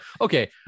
Okay